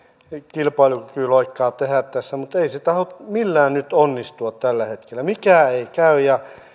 kilpailukykyloikkaa tehdä tässä mutta ei se tahdo millään onnistua tällä hetkellä mikään ei käy ja